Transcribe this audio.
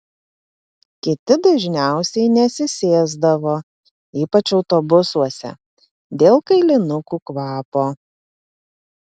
kiti dažniausiai nesisėsdavo ypač autobusuose dėl kailinukų kvapo